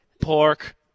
pork